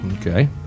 Okay